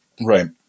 Right